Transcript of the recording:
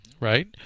right